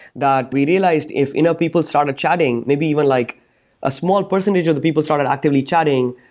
that we realized if enough people started chatting, maybe even like a small percentage of the people started actively chatting,